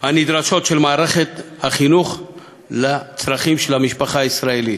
הנדרשות של מערכת החינוך לצרכים של המשפחה הישראלית.